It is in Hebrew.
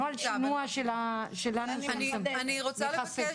אני רוצה לבקש,